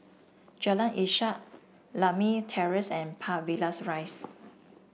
Jalan Ishak Lakme Terrace and Park Villas Rise